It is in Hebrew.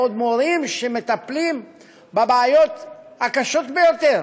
ועוד מורים שמטפלים בבעיות הקשות ביותר